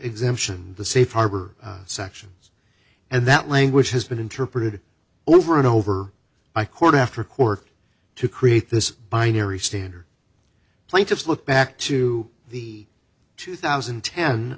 exemption the safe harbor sections and that language has been interpreted over and over by court after court to create this binary standard plaintiffs look back to the two thousand